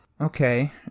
Okay